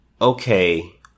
okay